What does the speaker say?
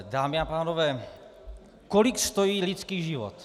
Dámy a pánové, kolik stojí lidský život?